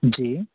जी